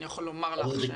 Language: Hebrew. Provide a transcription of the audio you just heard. אני יכול לומר לך שאני,